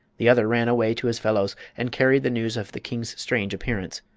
the other ran away to his fellows and carried the news of the king's strange appearance.